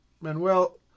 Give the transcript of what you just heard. Manuel